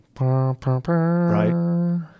right